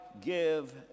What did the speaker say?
give